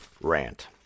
rant